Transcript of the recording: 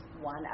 one